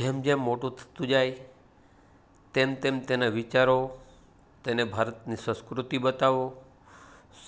જેમ જેમ મોટું થતું જાય તેમ તેમ તેના વિચારો તેને ભારતની સંસ્કૃતિ બતાવો